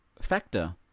factor